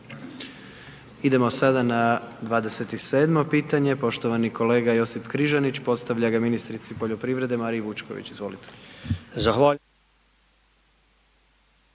Idemo sada na 27. pitanje, poštovani kolega Josip Križanić, postavlja ga ministrici poljoprivrede Mariji Vučković,